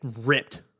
ripped